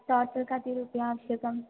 total कति रूप्यकम् आवश्यकम्